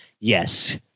yes